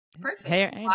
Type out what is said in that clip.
Perfect